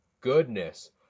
goodness